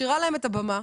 משאירה להם את הבמה.